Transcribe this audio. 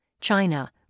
China